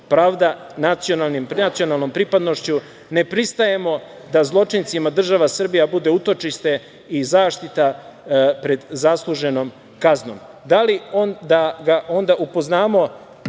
pravda nacionalnom pripadnošću. Ne pristajemo da zločincima država Srbija bude utočište i zaštita pred zasluženom kaznom. Da li da ga onda upoznamo,